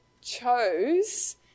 chose